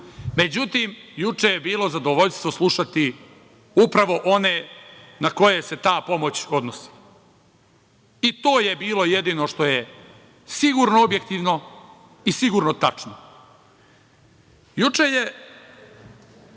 stanju.Međutim, juče je bilo zadovoljstvo slušati upravo one na koje se ta pomoć odnosi i to je bilo jedino što je sigurno objektivno i sigurno tačno. Juče je